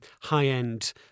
high-end